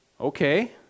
okay